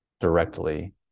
directly